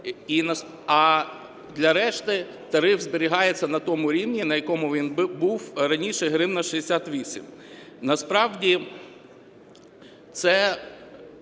а для решти тариф зберігається на тому рівні, на якому він був раніше, – 1 гривна 68. Насправді, це